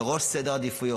בראש סדר העדיפויות.